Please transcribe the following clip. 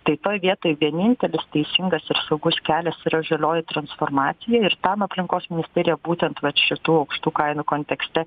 tai toj vietoj vienintelis teisingas ir saugus kelias yra žalioji transformacija ir tam aplinkos ministerija būtent vat šitų aukštų kainų kontekste